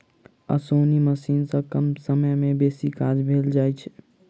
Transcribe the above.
ओसौनी मशीन सॅ कम समय मे बेसी काज लेल जाइत छै